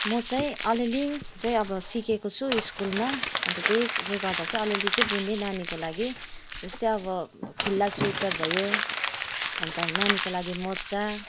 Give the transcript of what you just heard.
म चाहिँ अलिअलि चाहिँ अब सिकेको छु सकुलमा अन्त त्यहीले गर्दा चाहिँ अलिअलि चाहिँ बुन्ने नानीको लागि जस्तै अब खुल्ला स्वेटर भयो अन्त नानीको लागि मोजा